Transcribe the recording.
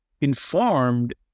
informed